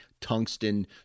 Tungsten